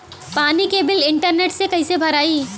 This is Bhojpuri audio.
पानी के बिल इंटरनेट से कइसे भराई?